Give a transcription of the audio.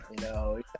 No